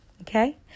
Okay